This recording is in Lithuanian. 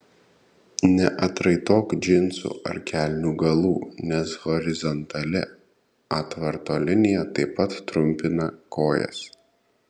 neatraitok džinsų ar kelnių galų nes horizontali atvarto linija taip pat trumpina kojas